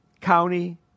county